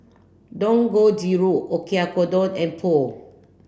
Dangojiru Oyakodon and Pho